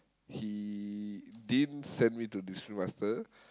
he didn't send me to discipline-master